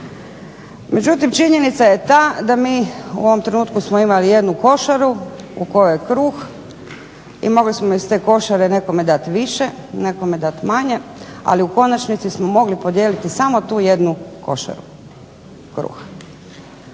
Međutim činjenica je ta da mi u ovom trenutka smo imali jednu košaru u kojoj je kruh i mogli smo iz te košare nekome dati više nekome dati manje, ali u konačnici smo mogli podijeliti samo tu jednu košaru kruha.